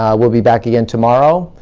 we'll be back again tomorrow.